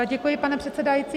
Děkuji, pane předsedající.